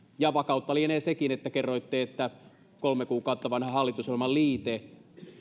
ja vakautta lienee sekin kun kerroitte että kolme kuukautta vanha hallitusohjelman liite